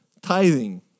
tithing